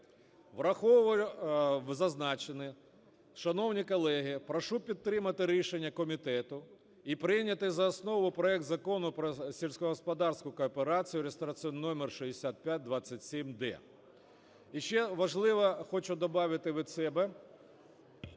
В зазначене, шановні колеги, прошу підтримати рішення комітету і прийняти за основу проект Закону про сільськогосподарську кооперацію (реєстраційний номер 6527-д). І ще важливе хочу добавити від себе.